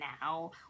now